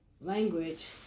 language